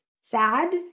sad